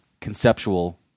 conceptual